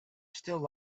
still